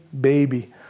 baby